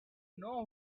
know